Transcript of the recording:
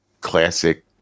classic